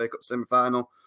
semi-final